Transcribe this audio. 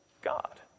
God